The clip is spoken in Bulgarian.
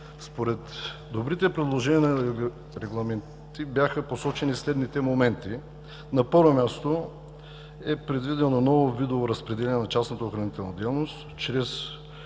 Според добрите предложения за регламенти бяха посочени следните моменти. На първо място, предвидено е ново видово разпределение на частната охранителна дейност чрез